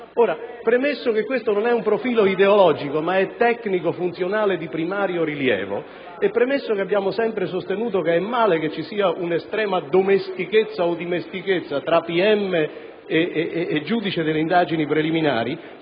Premesso che questo non è un profilo ideologico, ma tecnico-funzionale di primario rilievo e premesso che abbiamo sempre sostenuto che è male che ci sia una estrema domestichezza o dimestichezza tra pubblico ministero e giudice delle indagini preliminari,